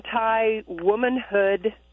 anti-womanhood